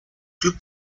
club